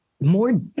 more